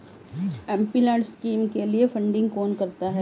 MPLAD scheme के लिए funding कौन करता है?